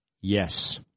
yes